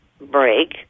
break